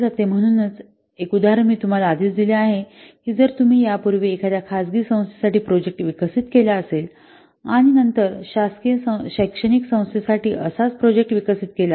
म्हणूनच एक उदाहरण मी तुम्हाला आधीच दिले आहे की जर तुम्ही यापूर्वी एखाद्या खासगी संस्थेसाठी प्रोजेक्ट विकसित केला असेल आणि नंतर शासकीय शैक्षणिक संस्थेसाठी असाच प्रोजेक्ट विकसित केला असेल तर